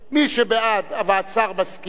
והשר מסכים.